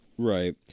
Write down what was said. Right